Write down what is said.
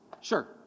Sure